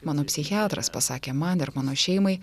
mano psichiatras pasakė man dar mano šeimai